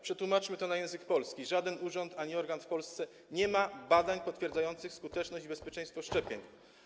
Przetłumaczmy to na język polski: żaden urząd ani organ w Polsce nie ma badań potwierdzających skuteczność i bezpieczeństwo szczepień.